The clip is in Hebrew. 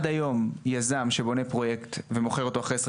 עד היום יזם שבונה פרויקט ומוכר אותו אחרי 20